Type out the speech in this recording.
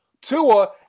Tua